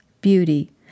beauty